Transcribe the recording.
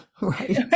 right